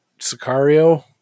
Sicario